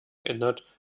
ändert